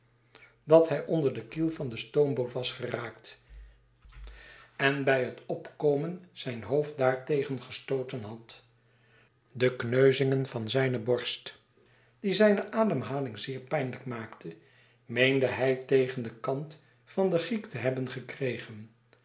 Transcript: dat hij onder de groote veewachtingen kiel van de stoomboot was geraakt en bij het opkomen zijn hoofd daartegen gestooten had de kneuzing van zijne borst die zijne ademhaling zeer pijnlijk maakte meende hij tegen den kant van de giek te hebben gekregen